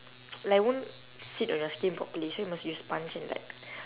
like won't sit on your skin properly so must use sponge and like